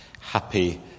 happy